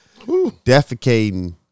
defecating